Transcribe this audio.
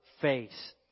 face